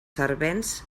servents